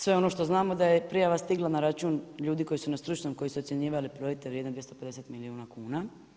Sve ono što znamo da je prijava stigla na račun ljudi koji su na stručnom, koji su ocjenjivali projekte vrijedne 250 milijuna kuna.